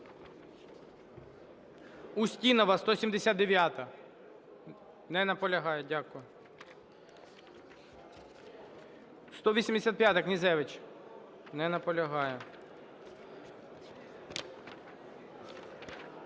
Устінова, 179-а. Не наполягає. Дякую. 185-а, Князевич. Не наполягає.